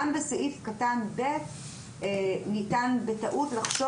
גם בסעיף קטן (ב) ניתן בטעות לחשוב